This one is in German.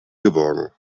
geborgen